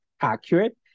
accurate